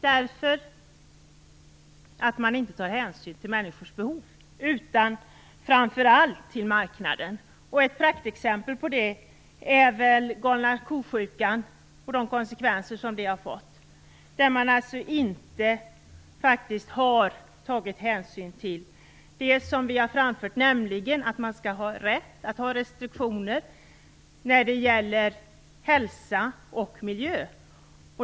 Man tar inte hänsyn till människors behov utan framför allt till marknaden. Ett praktexempel på det är galna ko-sjukan och de konsekvenser som den har fått. Man har där inte tagit hänsyn till det som vi har framfört, nämligen att länder skall ha rätt att ha restriktioner när det gäller hälsa och miljö.